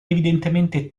evidentemente